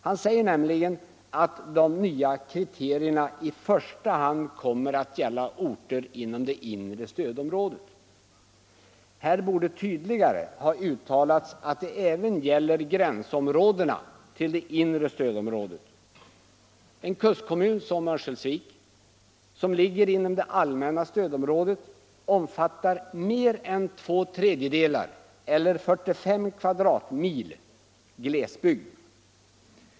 Han säger nämligen att de nya kriterierna i första hand kommer att gälla orter inom det inre stödområdet. Här borde tydligare ha uttalats att det även gäller gränsområdena till det inre stödområdet. I en kustkommun som Örnsköldsvik, som ligger inom det allmänna stödområdet, utgör mer än två tredjedelar eller 45 kvadratmil glesbygd.